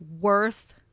worth